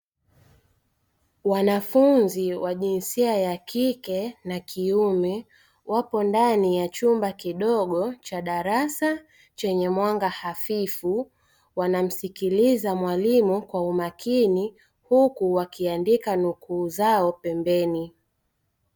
Wanafunzi wa jinsia ya kike na kiume wapo ndani ya chumba kidogo cha darasa chenye mwanga hafifu. Wanamsikiliza mwalimu kwa umakini huku wakiandika nukuu zao pembeni.